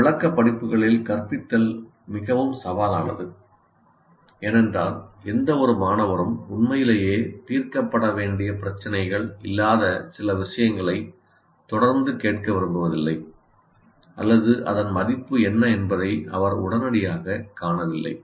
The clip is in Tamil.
இந்த விளக்க படிப்புகளில் கற்பித்தல் மிகவும் சவாலானது ஏனென்றால் எந்தவொரு மாணவரும் உண்மையிலேயே தீர்க்கப்பட வேண்டிய பிரச்சினைகள் இல்லாத சில விஷயங்களை தொடர்ந்து கேட்க விரும்புவதில்லை அல்லது அதன் மதிப்பு என்ன என்பதை அவர் உடனடியாகக் காணவில்லை